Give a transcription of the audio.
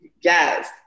Yes